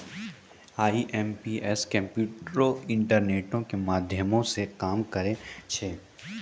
IMPS कम्प्यूटरो, इंटरनेटो के माध्यमो से काम करै छै